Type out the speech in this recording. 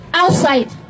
outside